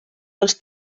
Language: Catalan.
dels